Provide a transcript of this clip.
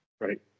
Right